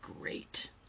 great